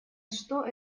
что